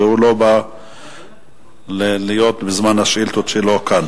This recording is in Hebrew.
והוא לא בא להיות בזמן השאילתות שלו כאן.